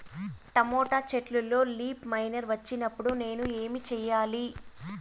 Tomato చెట్టులో leaf miner వచ్చినప్పుడు నేను ఏమి చెయ్యాలి?